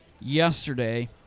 yesterday